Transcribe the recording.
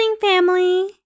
family